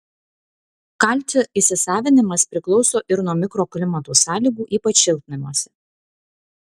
kalcio įsisavinimas priklauso ir nuo mikroklimato sąlygų ypač šiltnamiuose